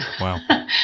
Wow